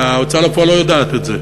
אבל ההוצאה לפועל לא יודעת את זה,